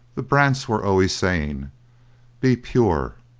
the brants were always saying be pure,